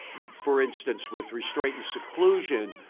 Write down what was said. for instance, with restraint and seclusion,